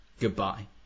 goodbye